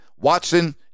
Watson